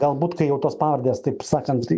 galbūt kai jau tos pavardės taip sakant